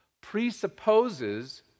presupposes